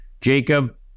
jacob